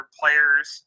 players